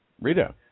Rita